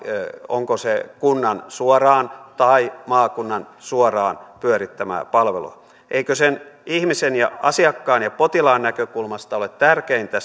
onko se kunnan tai maakunnan suoraan pyörittämää palvelua eikö sen ihmisen ja asiakkaan ja potilaan näkökulmasta ole tärkeintä